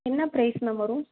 என்ன price ma'am வரும்